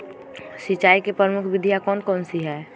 सिंचाई की प्रमुख विधियां कौन कौन सी है?